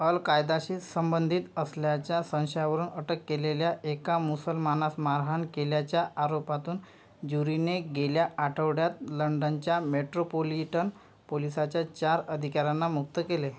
अलकायदाशी संबंधित असल्याच्या संशयावरून अटक केलेल्या एका मुसलमानास मारहाण केल्याच्या आरोपातून ज्युरीने गेल्या आठवड्यात लंडनच्या मेट्रोपोलिटन पोलिसाच्या चार अधिकाऱ्यांना मुक्त केले